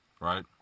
Right